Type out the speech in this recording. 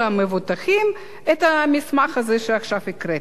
המובטחים את המסמך הזה שעכשיו הקראתי.